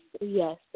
yes